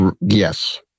Yes